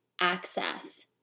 access